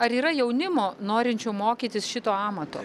ar yra jaunimo norinčių mokytis šito amato